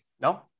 No